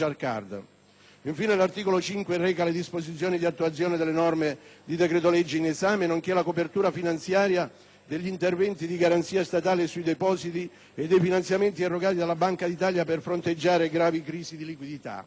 Infine, l'articolo 5 reca le disposizioni di attuazione delle norme del decreto-legge in esame, nonché la copertura finanziaria degli interventi di garanzia statale sui depositi e dei finanziamenti erogati dalla Banca d'Italia per fronteggiare gravi crisi di liquidità.